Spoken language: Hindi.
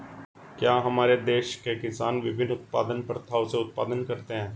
क्या हमारे देश के किसान विभिन्न उत्पादन प्रथाओ से उत्पादन करते हैं?